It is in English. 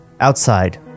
Outside